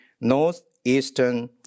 northeastern